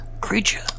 creature